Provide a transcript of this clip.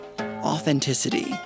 authenticity